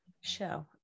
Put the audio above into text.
Show